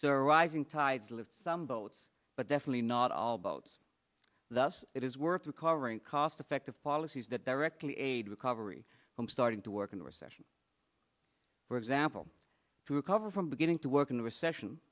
a rising tide lifts some boats but definitely not all boats thus it is worth recovering cost effective policies that directly aid recovery from starting to work in the recession for example to recover from beginning to work in the recession